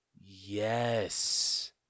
Yes